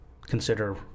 consider